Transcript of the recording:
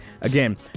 Again